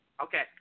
okay